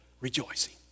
rejoicing